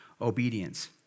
obedience